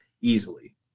easily